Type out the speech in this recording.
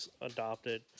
adopted